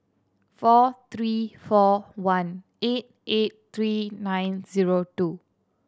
four three four one eight eight three nine zero two